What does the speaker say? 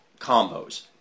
combos